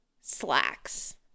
slacks